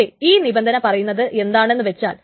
പക്ഷേ ഈ നിബന്ധന പറയുന്നത് എന്താണെന്നു വച്ചാൽ